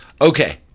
Okay